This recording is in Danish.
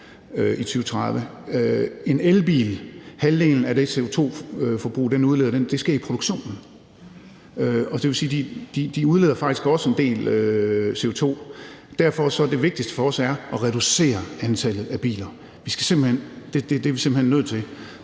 i 2030. Halvdelen af det CO2-forbrug, en elbil har, sker i produktionen, og det vil sige, at de faktisk også udleder en del CO2. Derfor er det vigtigste for os at reducere antallet af biler. Det er vi simpelt hen nødt til,